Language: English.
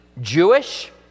Jewish